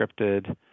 scripted